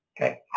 Okay